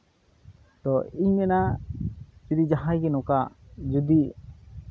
ᱛᱚ ᱤᱧ ᱢᱮᱱᱟ ᱡᱚᱫᱤ ᱡᱟᱦᱟᱸᱭ ᱜᱮ ᱡᱚᱫᱤ